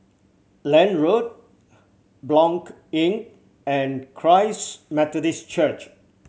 Lange Road Blanc Inn and Christ Methodist Church